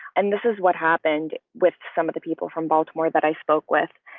and this is what happened with some of the people from baltimore that i spoke with.